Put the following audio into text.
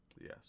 yes